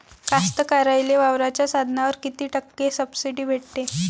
कास्तकाराइले वावराच्या साधनावर कीती टक्के सब्सिडी भेटते?